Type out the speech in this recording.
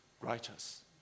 righteous